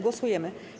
Głosujemy.